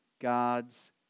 God's